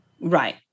Right